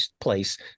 place